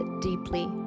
deeply